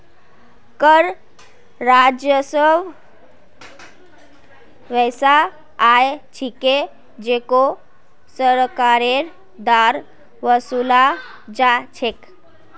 कर राजस्व वैसा आय छिके जेको सरकारेर द्वारा वसूला जा छेक